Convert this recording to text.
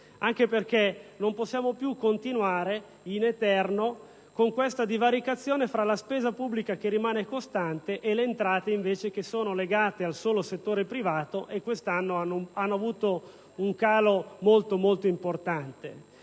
anche perché non possiamo più sostenere in eterno questa divaricazione tra la spesa pubblica, che rimane costante, e le entrate, che invece sono legate al solo settore privato e quest'anno hanno avuto un calo molto rilevante.